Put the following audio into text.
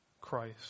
Christ